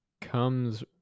comes